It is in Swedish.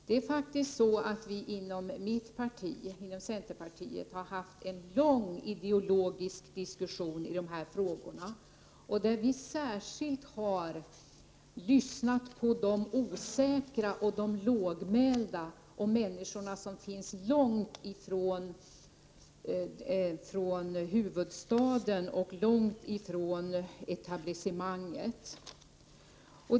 Inom centern har vi faktiskt haft en lång ideologisk diskussion i dessa frågor, och vi har då särskilt lyssnat på de osäkra och de lågmälda — och på människor långt ifrån huvudstaden och långt ifrån etablissemanget.